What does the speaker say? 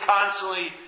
constantly